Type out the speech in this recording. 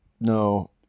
no